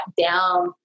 down